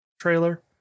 trailer